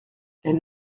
elles